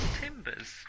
Timbers